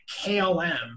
KLM